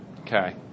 Okay